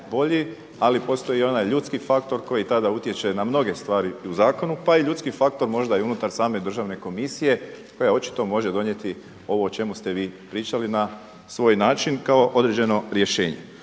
ali postoji onaj ljudski faktor koji tad utječe na mnoge stvari u zakonu pa i ljudski faktor i unutar same državne komisije koja očito može donijeti ovo o čemu ste vi pričali na svoj način kao određeno rješenje.